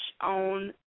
on